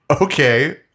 Okay